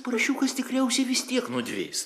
paršiukas tikriausiai vis tiek nudvės